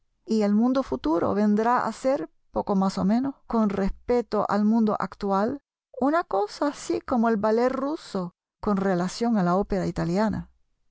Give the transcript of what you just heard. y el mundo futuro vendrá a ser poco más o menos con respecto al mundo actual una cosa así como el ballet ruso con relación a la ópera italiana